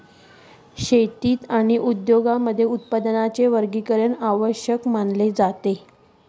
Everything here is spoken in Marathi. शेतीमा आणि उद्योगमा उत्पादन वर्गीकरण आवश्यक मानतस